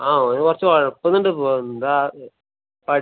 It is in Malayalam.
ആ ഓൻ കുറച്ച് ഒഴപ്പുന്നുണ്ടിപ്പോൾ എന്താ പഠിക്ക